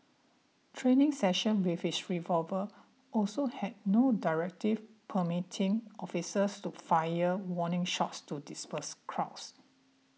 training session with his revolver also had no directive permitting officers to fire warning shots to disperse crowds